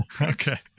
Okay